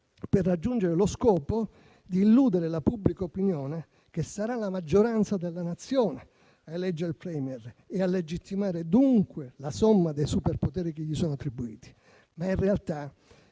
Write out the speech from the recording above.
per raggiungere lo scopo di illudere la pubblica opinione che sarà la maggioranza della Nazione a eleggere il *Premier* e a legittimare dunque la somma dei superpoteri che gli sono attribuiti. Ma in realtà,